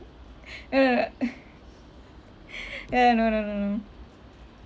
ah ah no no no no